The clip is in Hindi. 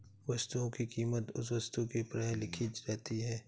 वस्तुओं की कीमत उस वस्तु के ऊपर प्रायः लिखी रहती है